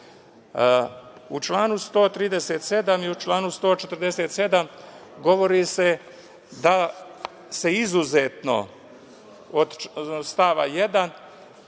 članu 137. i u članu 147. govori se da se izuzetno od stava 1.